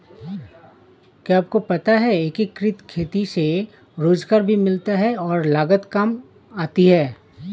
क्या आपको पता है एकीकृत खेती से रोजगार भी मिलता है और लागत काम आती है?